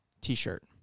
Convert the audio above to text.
t-shirt